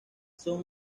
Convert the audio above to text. son